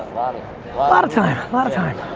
lotta. ah lotta time, lotta time,